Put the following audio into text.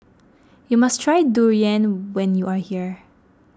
you must try Durian when you are here